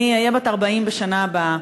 אני אהיה בת 40 בשנה הבאה,